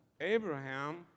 Abraham